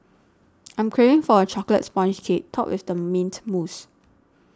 I'm craving for a Chocolate Sponge Cake Topped with Mint Mousse